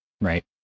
Right